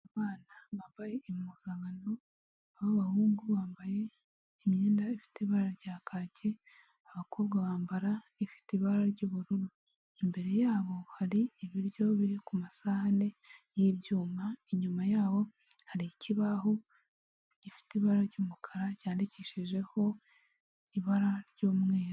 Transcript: Abana bambaye impuzankano, ab'abahungu bambaye imyenda ifite ibara rya kaki, abakobwa bambara ifite ibara ry'ubururu, imbere yabo hari ibiryo biri ku masahane y'ibyuma, inyuma yabo hari ikibaho gifite ibara ry'umukara cyandikishijeho ibara ry'umweru.